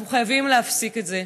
אנחנו חייבים להפסיק את זה.